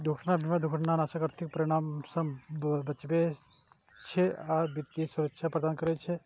दुर्घटना बीमा दुर्घटनाक आर्थिक परिणाम सं बचबै छै आ वित्तीय सुरक्षा प्रदान करै छै